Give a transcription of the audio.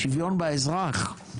השוויון באזרח.